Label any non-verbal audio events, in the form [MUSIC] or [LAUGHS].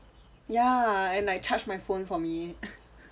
ya and like charge my phone for me [LAUGHS]